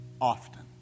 often